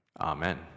Amen